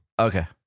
Okay